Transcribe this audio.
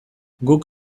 guk